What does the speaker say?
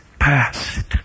past